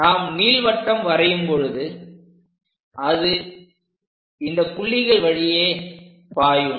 நாம் நீள்வட்டம் வரையும் பொழுது அது இந்தப் புள்ளிகள் வழியே பாயும்